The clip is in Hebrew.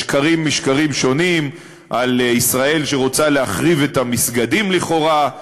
בשקרים משקרים שונים על ישראל שרוצה להחריב את המסגדים לכאורה,